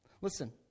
Listen